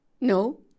no